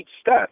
step